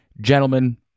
Gentlemen